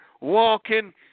walking